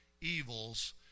evils